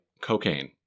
cocaine